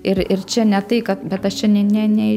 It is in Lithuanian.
ir ir čia ne tai kad bet aš čia ne ne nei